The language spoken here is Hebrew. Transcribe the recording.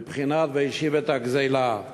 בבחינת "והשיב את הגזלה",